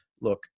look